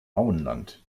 auenland